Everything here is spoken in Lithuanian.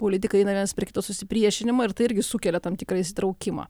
politikai eina vienas per kito susipriešinimą ir tai irgi sukelia tam tikrą įsitraukimą